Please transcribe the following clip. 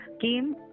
came